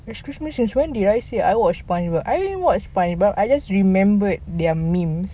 eh since when I say I watch spongebob I don't watch spongebob I only watch their memes